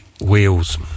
Wheels